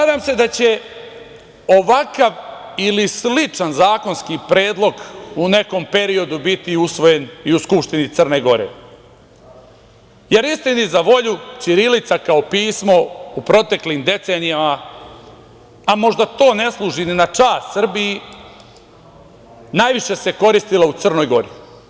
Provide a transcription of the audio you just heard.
Nadam se da će ovakav ili sličan zakonski predlog u nekom periodu biti usvojen i u Skupštini Crne Gore, jer istini za volju ćirilica kao pismo u proteklim decenijama, a možda to ne služi ni na čast Srbiji, najviše se koristila u Crnoj Gori.